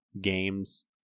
games